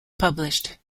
published